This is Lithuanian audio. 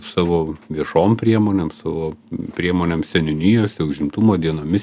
savo viešom priemonėm savo priemonėm seniūnijose užimtumo dienomis